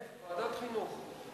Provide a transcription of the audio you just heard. ועדת חינוך.